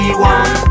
one